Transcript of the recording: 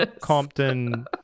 Compton